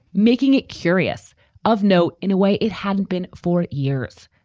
making it curious of note in a way it hadn't been for years.